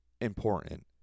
important